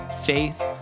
faith